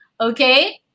Okay